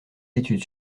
études